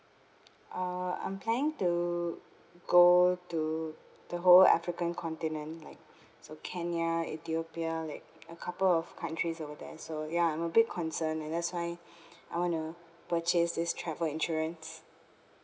uh I'm planning to go to the whole african continent like so kenya ethiopia like a couple of countries over there so ya I'm a bit concern and that's why I wanna purchase this travel insurance